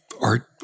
art